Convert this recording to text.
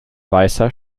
weißer